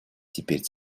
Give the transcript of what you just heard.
теперь